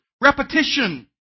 Repetition